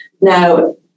Now